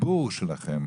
הציבור שלכם,